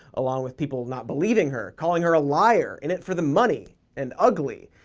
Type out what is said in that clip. along with people not believing her, calling her a liar, in it for the money, and ugly.